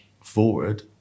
forward